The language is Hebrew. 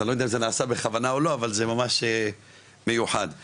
זה משרד המשפטים ומשרד החינוך?